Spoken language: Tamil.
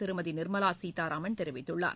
திருமதி நிர்மலா சீதாராமன் தெரிவித்துள்ளார்